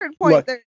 look